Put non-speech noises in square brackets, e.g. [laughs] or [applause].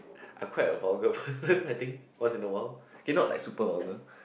I quite a super vulgar person [laughs] I think once in a while cannot like super vulgar